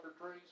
trees